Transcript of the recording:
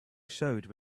showed